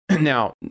Now